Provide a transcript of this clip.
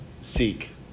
seek